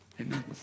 Amen